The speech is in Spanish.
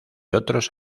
otros